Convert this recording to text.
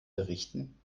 berichten